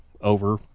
over